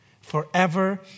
forever